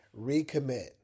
recommit